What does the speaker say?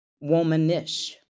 womanish